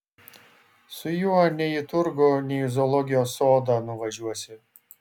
su juo nei į turgų nei į zoologijos sodą nuvažiuosi